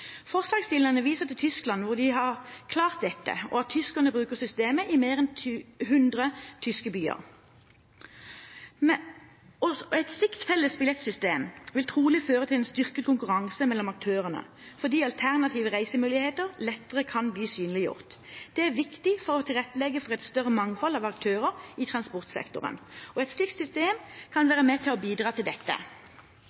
Forslagsstillerne viser til Tyskland, hvor de har klart dette, og at tyskerne bruker systemet i mer enn hundre tyske byer. Et slikt felles billettsystem vil trolig føre til en styrket konkurranse mellom aktørene, fordi alternative reisemuligheter lettere kan bli synliggjort. Det er viktig å tilrettelegge for et større mangfold av aktører i transportsektoren. Et slikt system kan